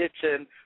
kitchen